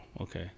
okay